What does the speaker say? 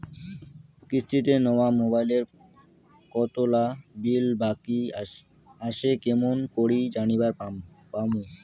কিস্তিতে নেওয়া মোবাইলের কতোলা বিল বাকি আসে কেমন করি জানিবার পামু?